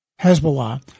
Hezbollah